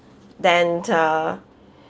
than the